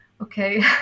okay